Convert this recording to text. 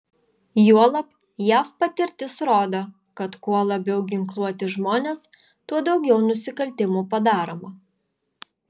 juolab jav patirtis rodo kad kuo labiau ginkluoti žmonės tuo daugiau nusikaltimų padaroma